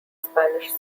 spanish